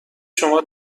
شما